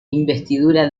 investidura